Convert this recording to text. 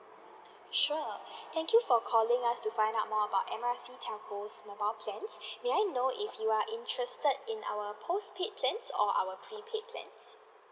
sure thank you for calling us to find our more about M R C telco mobile plans may I know if you are interested in our postpaid plans or in our prepaid plans